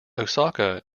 osaka